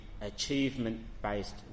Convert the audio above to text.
achievement-based